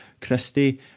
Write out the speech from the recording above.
Christie